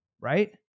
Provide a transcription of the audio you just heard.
Right